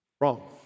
Wrong